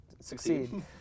Succeed